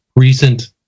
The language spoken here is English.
recent